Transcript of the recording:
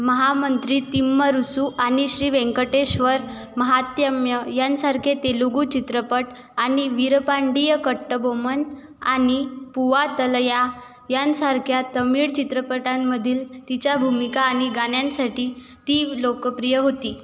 महामंत्री तिम्मरुसू आणि श्री वेंकटेश्वर महात्यम्य यांसारखे तेलुगू चित्रपट आणि वीरपांडिय कट्टबोमन आणि पूवा तलया यांसारख्या तमिळ चित्रपटांमधील तिच्या भूमिका आणि गाण्यांसाठी ती लोकप्रिय होती